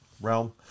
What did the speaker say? realm